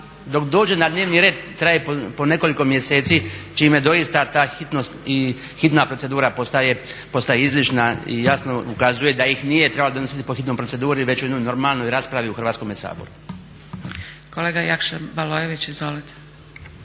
dok dođe na dnevni red traje po nekoliko mjeseci čime doista ta hitnost i hitna procedura postaje …/Govornik se ne razumije./… i jasno ukazuje da ih nije trebalo donositi po hitnoj proceduri, već u jednoj normalnoj raspravi u Hrvatskom saboru. **Zgrebec, Dragica